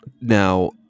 Now